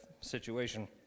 situation